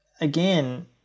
again